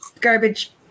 garbage